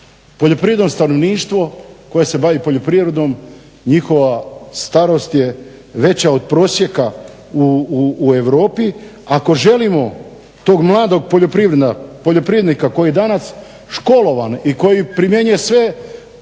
poljoprivredno stanovništvo koje se bavi poljoprivredom njihova starost je veća od prosjeka u Europi. Ako želimo tog mladog poljoprivrednika koji je danas školovan i koji primjenjuje sve